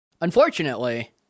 Unfortunately